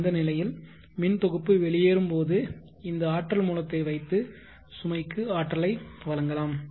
அந்த நிலையில் மின் தொகுப்பு வெளியேறும்போது இந்த ஆற்றல் மூலத்தை வைத்து சுமைக்கு ஆற்றலை வழங்கலாம்